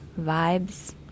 vibes